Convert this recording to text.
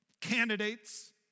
candidates